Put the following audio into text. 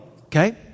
okay